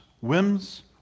whims